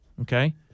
okay